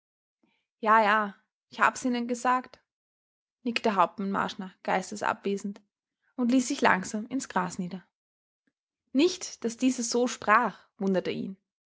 ja ja ich hab's ihnen gesagt nickte hauptmann marschner geistesabwesend und ließ sich langsam ins gras nieder nicht daß dieser so sprach wunderte ihn